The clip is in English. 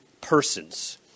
persons